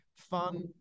fun